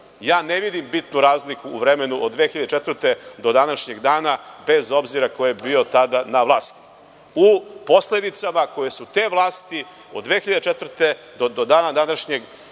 vidim bitnu razliku u vremenu od 2004. godine do današnjeg dana, bez obzira ko je bio tada na vlast, u posledicama koje su te vlasti od 2004. godine do dana današnje